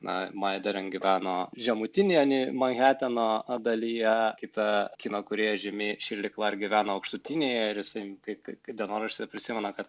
na maya deren gyveno žemutinėje niu manheteno dalyje kita kino kūrėja žymi shirley clarke gyveno aukštutinėje ir jisai kai kai dienoraštyje prisimena kad